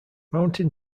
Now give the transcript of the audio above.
mountain